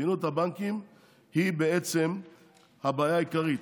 מדיניות הבנקים היא הבעיה העיקרית,